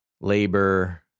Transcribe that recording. labor